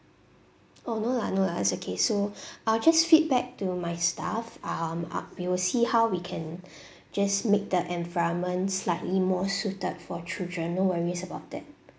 orh no lah no lah it's okay so I'll just feedback to my staff um uh we will see how we can just make the environment slightly more suited for children no worries about that